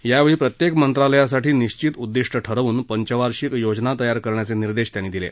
त्यावेळी प्रत्येक मंत्रालयासाठी निश्चित उद्दिष्ट ठरवून पंचवार्षिक योजना तयार करण्याचे निर्देश त्यांनी दिले